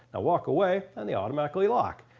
ah walk away and they automatically lock.